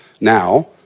now